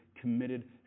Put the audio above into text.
committed